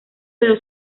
pero